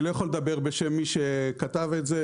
אני לא יכול לדבר בשם מי שכתב את זה,